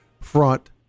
front